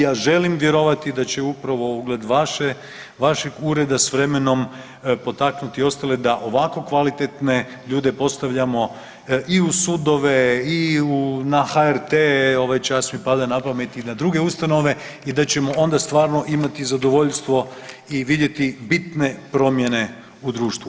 Ja želim vjerovati da će upravo ugled vašeg ureda s vremenom potaknuti i ostale da ovako kvalitetne ljude postavljamo i u sudove, i na HRT-e ovaj čas mi pada na pamet i na druge ustanove i da ćemo onda stvarno imati zadovoljstvo i vidjeti bitne promjene u društvu.